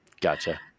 Gotcha